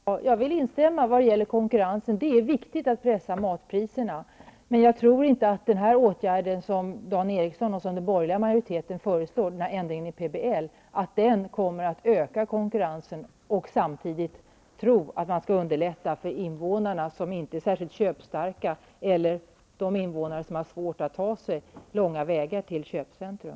Fru talman! Jag instämmer i fråga om konkurrensen. Det är viktigt att pressa matpriserna. Men jag tror inte att den åtgärd som Dan Eriksson och den borgerliga majoriteten föreslår, en förändring i PBL, kommer att öka konkurrensen och samtidigt underlätta för de invånare som inte är särskilt köpstarka och invånare som har svårt att ta sig långa vägar till köpcentrum.